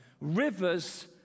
rivers